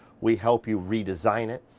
we help you redesign it.